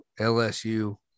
LSU